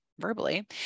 verbally